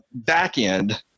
backend